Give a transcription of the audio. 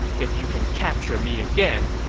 if you can capture me again,